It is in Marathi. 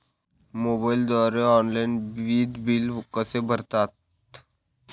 मोबाईलद्वारे ऑनलाईन वीज बिल कसे भरतात?